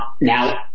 Now